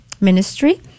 ministry